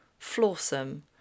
flawsome